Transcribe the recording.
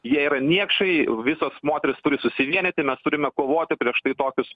jie yra niekšai visos moterys turi susivienyti mes turime kovoti prieš tai tokius